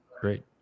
great